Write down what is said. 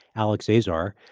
alex azar,